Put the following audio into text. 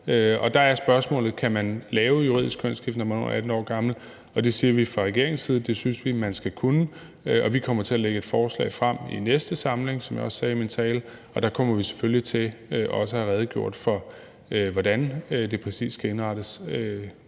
der er spørgsmålet: Kan man få lavet juridisk kønsskifte, når man er under 18 år gammel? Der siger vi fra regeringens side, at det synes vi man skal kunne, og vi kommer til at lægge et forslag frem i næste samling, som jeg også sagde i min tale. Der kommer vi selvfølgelig til også at have redegjort for, hvordan det præcis skal indrettes,